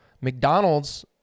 McDonald's